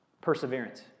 Perseverance